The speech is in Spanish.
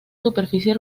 superficie